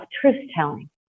truth-telling